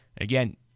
Again